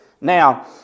Now